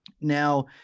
now